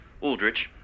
Aldrich